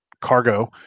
cargo